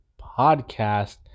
podcast